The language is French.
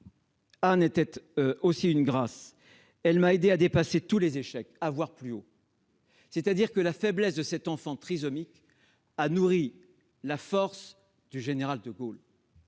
Anne était aussi une grâce. Elle m'a aidé à dépasser tous les échecs [...], à voir plus haut. » En d'autres termes, la faiblesse de cet enfant trisomique a nourri la force du général. Nous